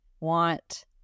want